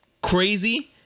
Crazy